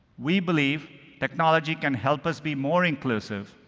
we believe technology can help us be more inclusive.